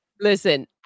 Listen